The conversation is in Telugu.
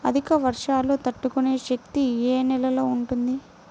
అధిక వర్షాలు తట్టుకునే శక్తి ఏ నేలలో ఉంటుంది?